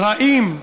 רעים,